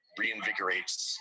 reinvigorates